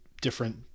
different